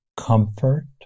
comfort